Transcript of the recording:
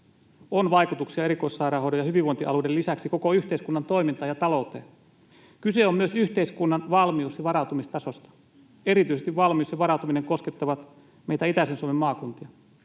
on vaikutuksia erikoissairaanhoidon ja hyvinvointialueiden lisäksi koko yhteiskunnan toimintaan ja talou-teen. Kyse on myös yhteiskunnan valmius- ja varautumistasosta. Erityisesti valmius ja varautuminen koskettavat meitä itäisen Suomen maakuntia,